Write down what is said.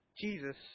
Jesus